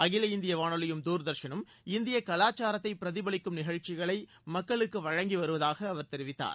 அகில இந்திய வானொலியும் தூர்தர்ஷனும் இந்திய கலாச்சாரத்தை பிரதிபலிக்கும் நிகழ்ச்சிகளை மக்களுக்கு வழங்கி வருவதாக அவர் தெரிவித்தார்